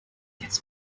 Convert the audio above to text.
jetzt